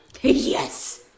Yes